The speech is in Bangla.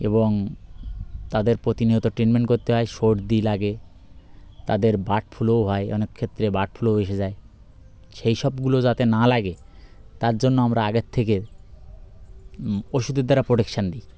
এবং তাদের প্রতিনিয়ত ট্রিটমেন্ট করতে হয় সর্দি লাগে তাদের বার্ড ফ্লুও হয় অনেক ক্ষেত্রে বার্ড ফ্লুও এসে যায় সেই সবগুলো যাতে না লাগে তার জন্য আমরা আগে থেকে ওষুধের দ্বারা প্রোটেকশান দিই